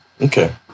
Okay